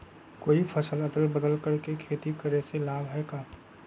कोई फसल अदल बदल कर के खेती करे से लाभ है का?